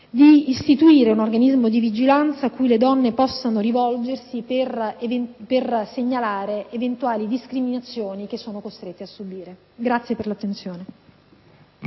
di istituire un organismo di vigilanza cui le donne possano rivolgersi per segnalare eventuali discriminazioni che fossero costrette a subire. PRESIDENTE. Hanno